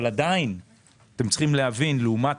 אבל עדיין אתם צריכים להבין שלעומת